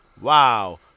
wow